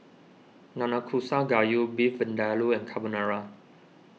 Nanakusa Gayu Beef Vindaloo and Carbonara